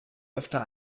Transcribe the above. öfter